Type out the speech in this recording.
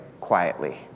quietly